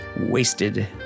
Wasted